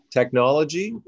technology